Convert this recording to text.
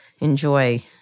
enjoy